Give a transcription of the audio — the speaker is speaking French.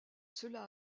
cela